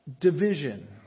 division